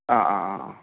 ആ ആ ആ ആ